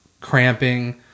cramping